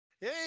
Hey